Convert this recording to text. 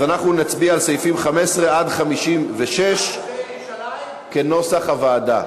אז אנחנו נצביע על סעיפים 15 עד 56 כנוסח הוועדה.